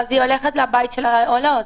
היא הולכת לבית של העולות.